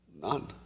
None